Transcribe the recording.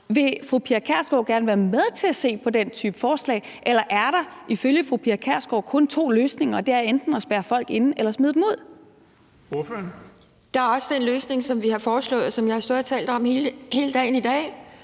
Vil fru Pia Kjærsgaard gerne være med til at se på den type forslag, eller er der ifølge fru Pia Kjærsgaard kun to løsninger, og det er enten at spærre folk inde eller smide dem ud? Kl. 12:45 Den fg. formand (Erling Bonnesen): Ordføreren. Kl.